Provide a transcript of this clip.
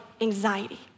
anxiety